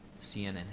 cnn